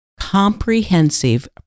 comprehensive